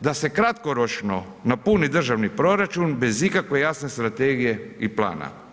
da se kratkoročno napuni državni proračun bez ikakve jasne strategije i plana.